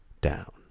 Down